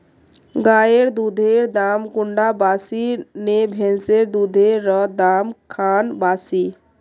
गायेर दुधेर दाम कुंडा बासी ने भैंसेर दुधेर र दाम खान बासी?